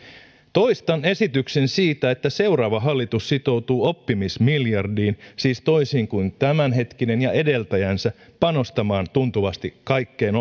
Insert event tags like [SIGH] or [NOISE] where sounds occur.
toistan esityksen siitä että seuraava hallitus sitoutuu oppimismiljardiin siis toisin kuin tämänhetkinen ja edeltäjänsä panostamaan tuntuvasti kaikkeen [UNINTELLIGIBLE]